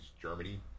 Germany